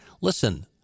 Listen